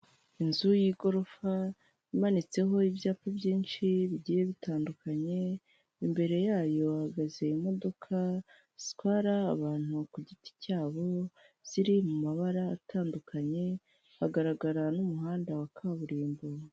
Inzu y'igorofa imanitseho ibyapa byinshi bigiye bitandukanye, imbere yayo hahagaze imodokadoka zitwara abantu ku giti cyabo, ziri mu mabara atandukanye, hagarara n'umuhanda wa kaburimbo.